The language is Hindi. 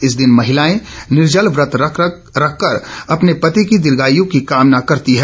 इस दिन महिलाएं निर्जल व्रत रखकर अपने पति की दीर्घायु की कामना करती हैं